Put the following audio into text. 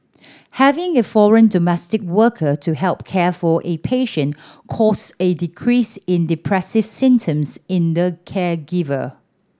having a foreign domestic worker to help care for a patient caused a decrease in depressive symptoms in the caregiver